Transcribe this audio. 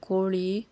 କୋଳି